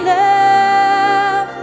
love